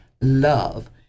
Love